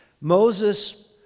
Moses